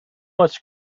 was